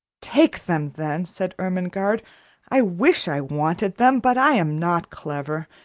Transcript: take them, then, said ermengarde i wish i wanted them, but i am not clever,